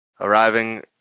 arriving